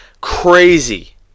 Crazy